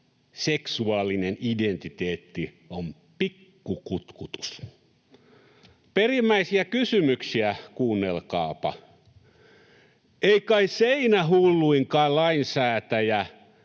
seksuaalinen identiteetti on pikku kutkutus. Perimmäisiä kysymyksiä, kuunnelkaapa! Ei kai seinähulluinkaan lainsäätäjä,